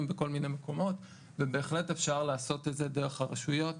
בכל מיני מקומות ובהחלט אפשר לעשות את זה דרך הרשויות.